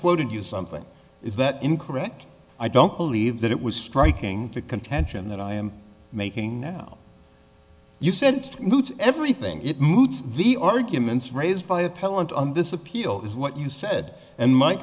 quoted you something is that incorrect i don't believe that it was striking to contention that i am making now you sensed moots everything it moots the arguments raised by appellant on this appeal is what you said and my